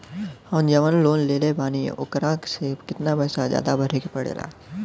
हम जवन लोन लेले बानी वोकरा से कितना पैसा ज्यादा भरे के पड़ेला?